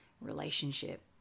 relationship